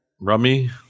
Rummy